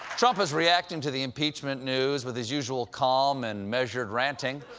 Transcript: trump is reacting to the impeachment news with his usual calm and measured ranting.